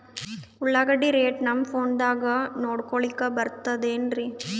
ಉಳ್ಳಾಗಡ್ಡಿ ರೇಟ್ ನಮ್ ಫೋನದಾಗ ನೋಡಕೊಲಿಕ ಬರತದೆನ್ರಿ?